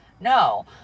No